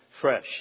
fresh